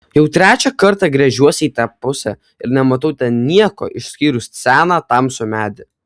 jau trečią kartą gręžiuosi į tą pusę ir nematau ten nieko išskyrus seną tamsų medį